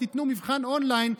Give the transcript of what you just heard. תיתנו מבחן און-ליין,